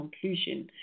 conclusion